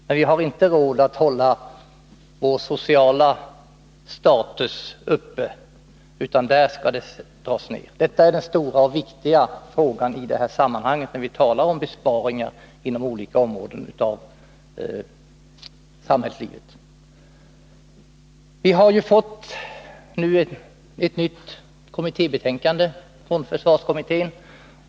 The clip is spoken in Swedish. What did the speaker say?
Men vi har inte råd att hålla vår sociala status uppe, utan där skall det dras ner. Det är den stora och viktiga frågan i detta sammanhang, när vi talar om besparingar inom olika områden av samhällslivet. Vi har nu fått ett nytt kommittébetänkande från försvarskommittén.